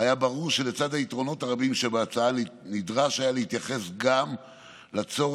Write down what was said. היה ברור שלצד היתרונות הרבים שבהצעה נדרש להתייחס גם לצורך